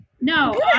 No